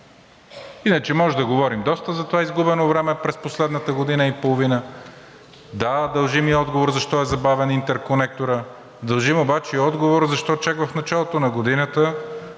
Иначе можем да говорим доста за това изгубено време през последната година и половина. Да, дължим и отговор защо е забавен интерконекторът. Дължим обаче и отговор защо чак в началото на годината